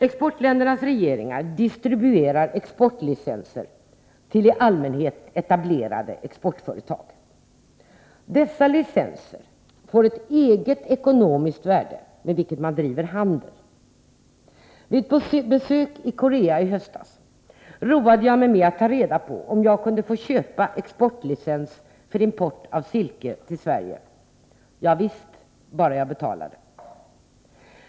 Exportländernas regeringar 89 gentemot u-länderna distribuerar exportlicenser till i allmänhet etablerade exportföretag. Dessa licenser får ett eget ekonomiskt värde, och man driver handel med dem. Vid besök i Korea i höstas roade jag mig med att ta reda på om jag kunde få köpa exportlicens för import av silke till Sverige. Ja visst — bara jag betalade.